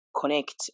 connect